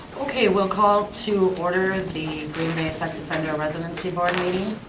okay, we'll call to order and the green bay sex offender residency board meeting.